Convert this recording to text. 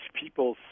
people